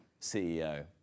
CEO